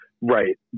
Right